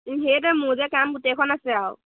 সেইটোয়ে মোৰ যে কাম গোটেইখন আছে আৰু